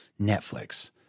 Netflix